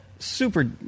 Super